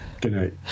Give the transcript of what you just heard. Goodnight